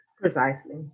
Precisely